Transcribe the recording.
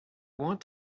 want